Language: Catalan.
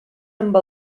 amb